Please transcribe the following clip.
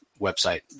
website